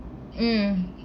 mm